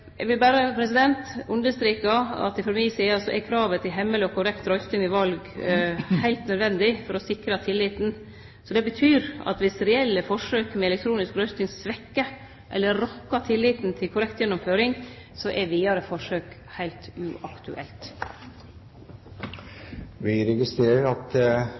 Eg vil berre streka under at frå mi side er kravet til hemmeleg og korrekt røysting ved val heilt nødvendig for å sikre tilliten. Det betyr at om reelle forsøk med elektronisk røysting svekkjer eller rokkar ved tilliten til korrekt gjennomføring, er vidare forsøk heilt uaktuelt. Vi registrerer at